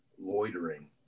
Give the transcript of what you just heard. loitering